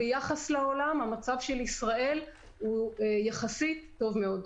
ביחס לעולם המצב של ישראל הוא יחסית טוב מאוד.